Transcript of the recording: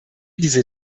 diese